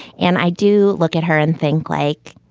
and i do look at her and think like,